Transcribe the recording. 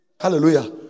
Hallelujah